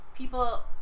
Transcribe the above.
people